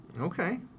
Okay